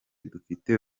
dufite